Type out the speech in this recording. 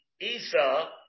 Esau